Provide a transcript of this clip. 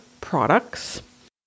products